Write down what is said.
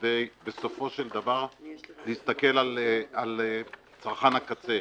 כדי להסתכל על צרכן הקצה,